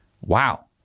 wow